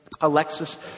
Alexis